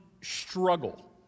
struggle